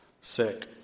sick